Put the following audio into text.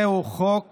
זהו חוק